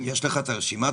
יש לך את הרשימה?